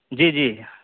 جی جی